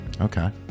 okay